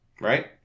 Right